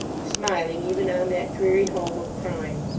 smiling even on that dreary home of crime.